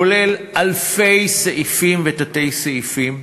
כולל אלפי סעיפים ותתי-סעיפים,